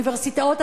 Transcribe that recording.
אוניברסיטאות,